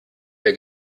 der